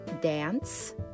dance